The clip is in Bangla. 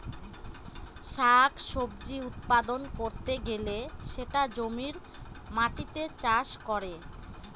শাক সবজি উৎপাদন করতে গেলে সেটা জমির মাটিতে চাষ করে